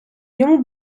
йому